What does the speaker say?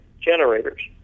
generators